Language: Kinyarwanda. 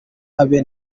habe